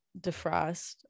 defrost